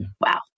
Wow